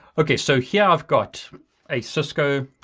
okay, so here i've got a cisco